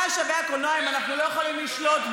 מה שווה הקולנוע אם אנחנו לא יכולים לשלוט בו?